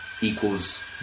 equals